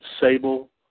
Sable